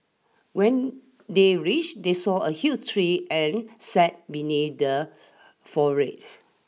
when they reached they saw a huge tree and sat beneath the forage